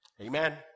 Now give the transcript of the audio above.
Amen